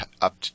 up